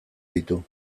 ditu